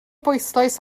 bwyslais